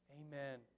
amen